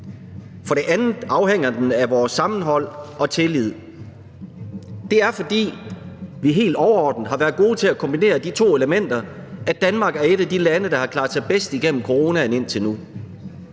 For det andet afhænger den af vores sammenhold og tillid. Det er, fordi vi helt overordnet har været gode til at kombinere de to elementer, at Danmark er et af de lande, der indtil nu har klaret sig bedst igennem coronaen.